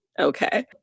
Okay